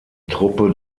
truppe